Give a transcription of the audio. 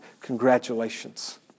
congratulations